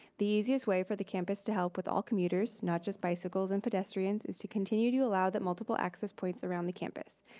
the easiest way for the campus to help with all commuters, not just bicycles and pedestrians, is to continue to allow that multiple access points around the campus.